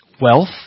Wealth